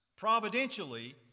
providentially